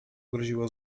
groziło